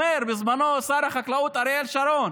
אומר בזמנו שר החקלאות אריאל שרון